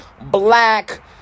black